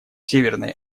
северной